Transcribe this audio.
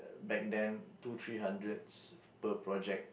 back then two three hundreds per project